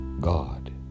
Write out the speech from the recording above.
God